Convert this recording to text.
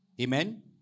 Amen